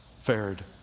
fared